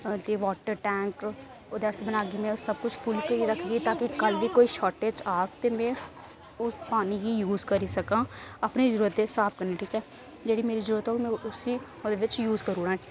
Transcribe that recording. ते water tank ते ओह् बनागी ते उसी फुल्ल करियै रक्खगी ता की कल्ल गी कोई शार्टेज औह्ग ते में उस पानी गी यूज़ करी सकां अपनी जरूरत ते स्हाब कन्नै जेह्ड़ी मेरी जरूरत होग में उसी ओह्दे बिच यूज़ करी ओड़ां